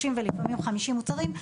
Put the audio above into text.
30 ולפעמים 50 מוצרים,